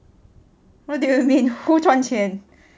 what do you mean who 赚钱